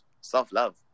self-love